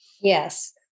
Yes